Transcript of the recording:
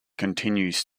continues